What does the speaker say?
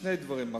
שני דברים מפליאים: